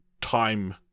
time